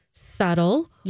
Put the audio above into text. Subtle